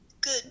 good